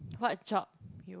what job you